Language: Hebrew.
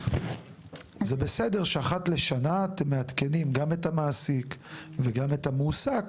זה בסדר שאחת לשנה אתם מעדכנים גם את המעסיק וגם את המועסק